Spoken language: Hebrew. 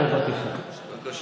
אני מבקש